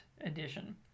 edition